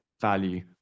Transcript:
value